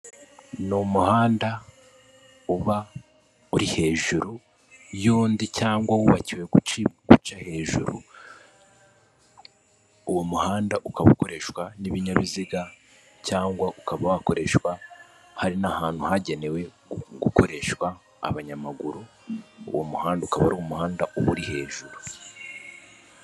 Ni umuhanda uba uri hejuru y'undi cyangwa wubakiwe gucibwa kuwuca hejuru, uwo muhanda ukaba ukoreshwa n'ibinyabiziga cyangwa ukaba wakoreshwa hari n'ahantu hagenewe gukoreshwa abanyamaguru, uwo muhanda ukaba ari umuhanda uba uri hejuru.